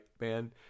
man